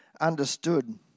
understood